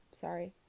sorry